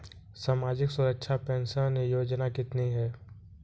सामाजिक सुरक्षा पेंशन योजना कितनी हैं?